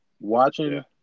watching